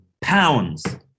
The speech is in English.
pounds